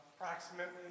approximately